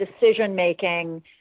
decision-making